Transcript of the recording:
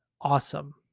awesome